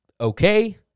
okay